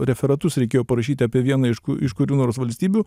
referatus reikėjo parašyti apie vieną iš ku iš kurių nors valstybių